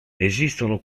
esistono